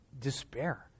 despair